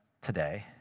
today